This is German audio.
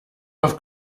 auf